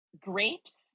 grapes